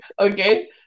Okay